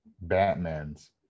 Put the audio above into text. Batman's